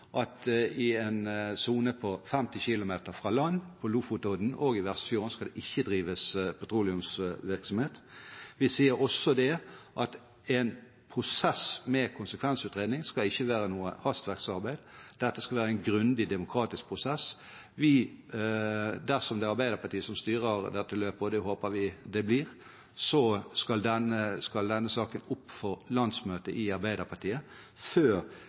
nå at i en sone på 50 km fra land på Lofotodden og i Vestfjorden skal det ikke drives petroleumsvirksomhet. Vi sier også at en prosess med konsekvensutredning ikke skal være noe hastverksarbeid. Dette skal være en grundig, demokratisk prosess. Dersom det er en Arbeiderparti-regjering som styrer dette løpet, og det håper vi det blir, skal denne saken opp på landsmøtet i Arbeiderpartiet før